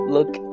Look